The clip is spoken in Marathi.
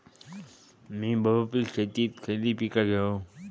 मी बहुपिक शेतीत खयली पीका घेव?